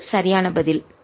அது சரியான பதில்